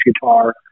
guitar